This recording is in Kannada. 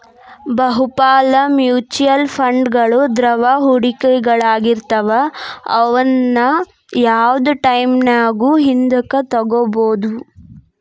ಬಹುಪಾಲ ಮ್ಯೂಚುಯಲ್ ಫಂಡ್ಗಳು ದ್ರವ ಹೂಡಿಕೆಗಳಾಗಿರ್ತವ ಅವುನ್ನ ಯಾವ್ದ್ ಟೈಮಿನ್ಯಾಗು ಹಿಂದಕ ತೊಗೋಬೋದು